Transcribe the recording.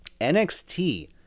NXT